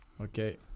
Okay